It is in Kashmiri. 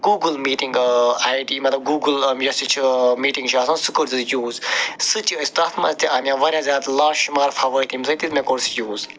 گوٗگل میٖٹِنٛگ آے ڈی مطلب گوٗگل یۄس یہِ چھِ میٖٹِنٛگ چھِ آسان سُہ کٔرۍزیو یوٗز سُہ تہِ چھِ أسۍ تَتھ منٛز تہِ آو مےٚ واریاہ زیادٕ لاشُمار فوٲیِد تَمہِ سۭتۍ تہِ مےٚ کوٚر سُہ یوٗز